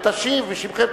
ותשיב בשמכם.